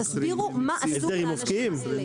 תסבירו מה אסור לאנשים לעשות,